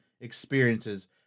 experiences